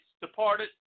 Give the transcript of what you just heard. departed